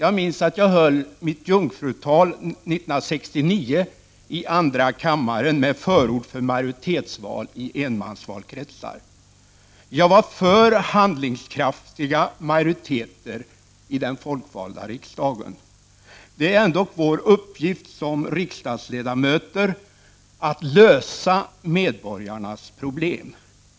I mitt jungfrutal i andra kammaren 1969 förordade jag majoritetsval i enmansvalkretsar. Jag var för handlingskraftiga majoriteter i den folkvalda riksdagen. Det är ändå vår uppgift som riksdagsledamöter att lösa medborgarnas problem.